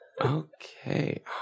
Okay